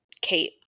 kate